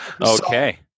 okay